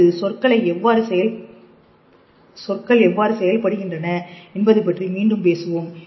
அடுத்த சொற்களை எவ்வாறு செயல்படுகிறது என்பது பற்றி மீண்டும் பேசுவோம்